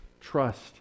trust